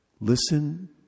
listen